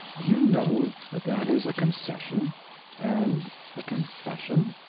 do you know that that is a concession and a confession?